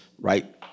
right